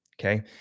okay